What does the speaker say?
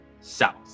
south